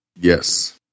Yes